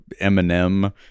Eminem